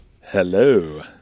Hello